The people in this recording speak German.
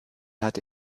hatte